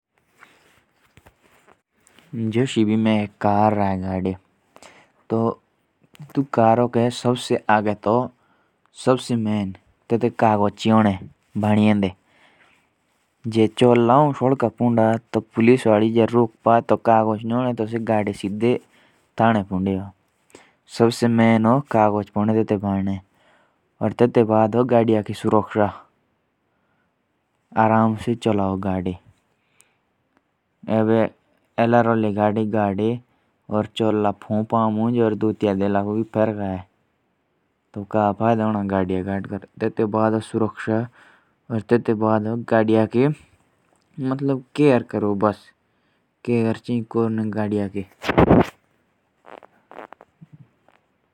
जैसे मेरे पास कार हो तो सबसे पहले उसके कागज होने चाहिए और उसकी सेफ्टी रखो।